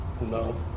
No